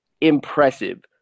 impressive